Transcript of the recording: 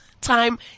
time